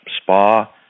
spa